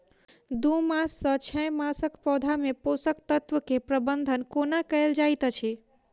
दू मास सँ छै मासक पौधा मे पोसक तत्त्व केँ प्रबंधन कोना कएल जाइत अछि?